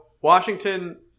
Washington